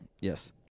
Yes